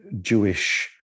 Jewish